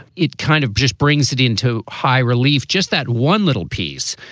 it kind of just brings it into high relief just that one little piece,